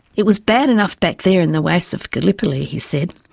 it was bad enough back there in the wastes of gallipoli he said,